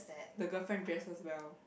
the girlfriend dresses well